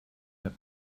that